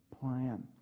plan